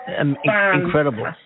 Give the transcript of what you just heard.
Incredible